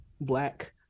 Black